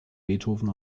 beethoven